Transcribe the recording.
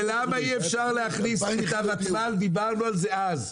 ולמה אי אפשר להכניס את הותמ"ל, דיברנו על זה אז.